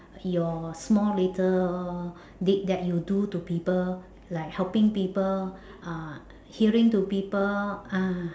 your small little deed that you do to people like helping people uh hearing to people ah